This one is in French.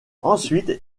ensuite